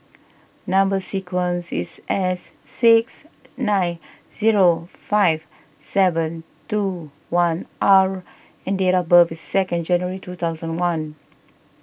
Number Sequence is S six nine zero five seven two one R and date of birth is second January two thousand one